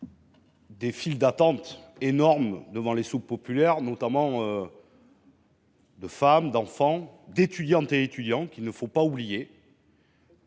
des files d’attente énormes devant les soupes populaires, composées notamment de femmes, d’enfants, d’étudiantes et étudiants – il ne faut pas les oublier